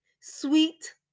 sweet